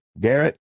Garrett